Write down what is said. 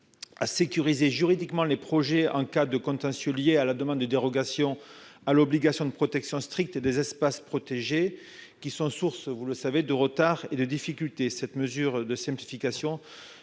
À sécuriser juridiquement les projets en cas de contentieux lié à la demande de dérogation à l'obligation de protection stricts et des espaces protégés qui sont vous le savez, de retard et de difficultés. Cette mesure de simplification